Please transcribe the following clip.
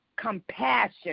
Compassion